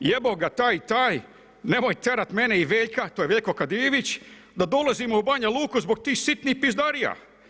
Jebo ga taj i taj, nemoj terat mene i Veljka, to je Veljko Kadijević, da dolazimo u Banja Luku zbog tih sitnih pizdarija.